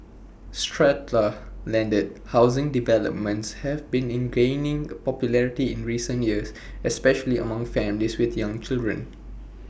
strata landed housing developments have been in gaining popularity in recent years especially among families with young children